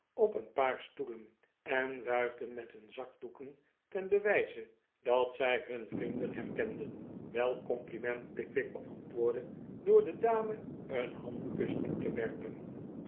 op een paar stoelen en wuifden met hun zakdoeken ten bewijze dat zij hun vrienden herkenden welk compliment pickwick beantwoordde door de dame een handkus toe te werpen